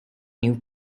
new